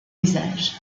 usage